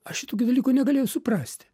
aš šitokių dalykų negalėjau suprasti